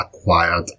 acquired